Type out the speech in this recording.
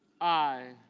i.